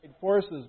forces